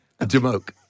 Jamoke